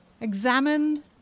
Examine